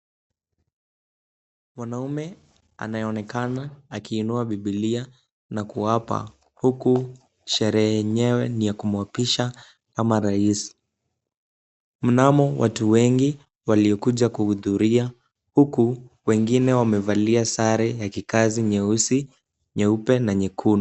Mwanaume anayeonekana akiinua Bibilia na kuapa, huku sherehe yenyewe ni ya kumuapisha kama rais. Mnamo watu wengi waliokuja kuhudhuria, huku wengine wamevalia sare za kikazi nyeusi, nyeupe na nyekundu.